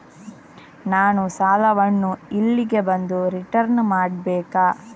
ನಾನು ಸಾಲವನ್ನು ಇಲ್ಲಿಗೆ ಬಂದು ರಿಟರ್ನ್ ಮಾಡ್ಬೇಕಾ?